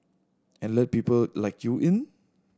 and let people like you in